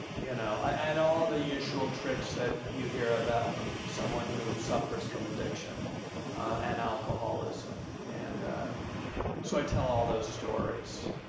you know i had all the usual tricks that you hear about from someone who suffers from addiction and alcoholism. and so i tell all those stories.